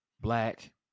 black